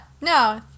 No